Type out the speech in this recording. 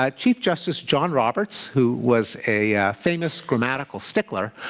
ah chief justice john roberts, who was a famous grammatical stickler,